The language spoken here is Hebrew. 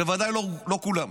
בוודאי לא כולם.